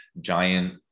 giant